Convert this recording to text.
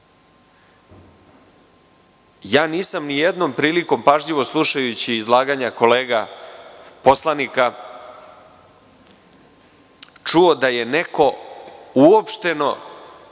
reč. Nisam nijednom prilikom, pažljivo slušajući izlaganja kolega poslanika, čuo da je neko uopšteno